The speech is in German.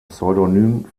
pseudonym